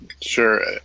Sure